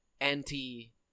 anti